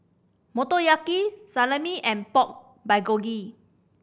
Motoyaki Salami and Pork Bulgogi